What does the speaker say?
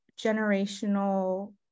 generational